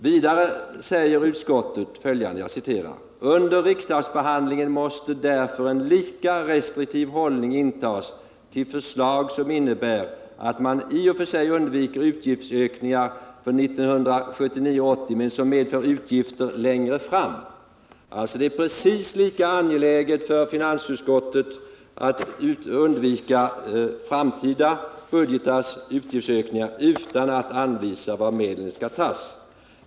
Vidare säger utskottet följande: ”Under riksdagsbehandlingen måste därför en lika restriktiv hållning intas till förslag som innebär att man i och för sig undviker utgiftsökningar för 1979/80 men som medför utgifter längre fram.” Det är alltså precis lika angeläget för finansutskottet att undvika utgiftsökningar i framtida budgetar utan att anvisa var medlen skall tas.